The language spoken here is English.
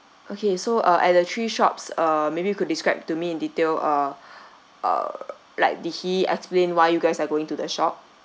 okay so uh at the three shops uh maybe you could describe to me in details uh uh like did he explained why you guys are going to the shop